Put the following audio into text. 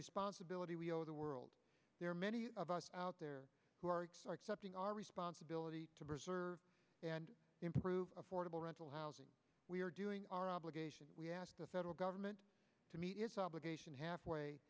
responsibility we owe the world there are many of us out there who are our responsibility to preserve and improve affordable rental housing we are doing our obligation we ask the federal government to meet its obligation halfway